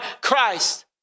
Christ